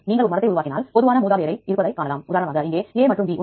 இப்போது உங்களை புள்ளி விவரங்கள் பக்கத்திற்கு அழைத்து செல்கிறேன்